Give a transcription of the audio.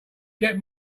get